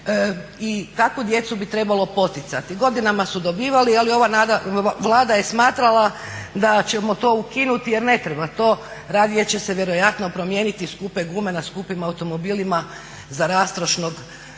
i takvu djecu bi trebalo poticati. Godinama su dobivali, ali ova Vlada je smatrala da ćemo to ukinuti jer ne treba to, radije će se vjerojatno promijeniti skupe gume na skupim automobilima za rastrošnog